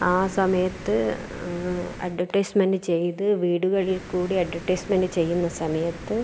ആ സമയത്ത് അഡ്വർടൈസ്മെന്റ് ചെയ്ത് വീടുകളിൽ കൂടി അഡ്വർടൈസ്മെന്റ് ചെയ്യുന്ന സമയത്ത്